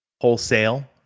wholesale